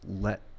let